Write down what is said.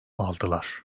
aldılar